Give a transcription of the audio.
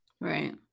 Right